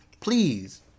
Please